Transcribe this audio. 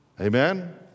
Amen